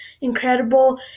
incredible